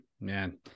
Man